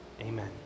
amen